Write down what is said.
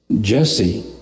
Jesse